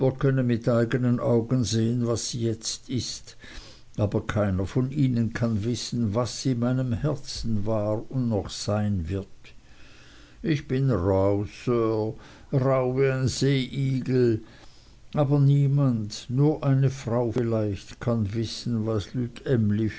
können mit eignen augen sehen was sie jetzt ist aber keiner von ihnen kann wissen was sie meinem herzen war ist und noch sein wird ich bin rauh sir rauh wie ein seeigel aber niemand nur eine frau vielleicht kann wissen was lütt